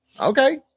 Okay